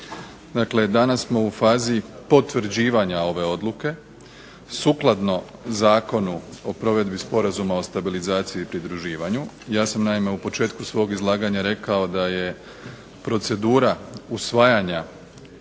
Dakle, danas smo u fazi potvrđivanja ove Odluke. Sukladno Zakonu o provedbi Sporazuma o stabilizaciji i pridruživanju, ja sam naime na početku svog izlaganja rekao da je procedura usvajanja